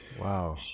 Wow